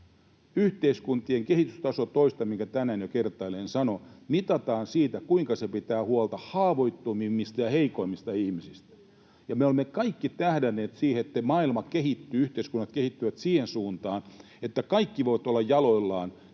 Yhteiskunnan kehitystaso — toistan, minkä tänään jo kertaalleen sanoin — mitataan sillä, kuinka se pitää huolta haavoittuvimmista ja heikoimmista ihmisistä. Me olemme kaikki tähdänneet siihen, että maailma kehittyy, yhteiskunnat kehittyvät siihen suuntaan, että kaikki voivat olla jaloillaan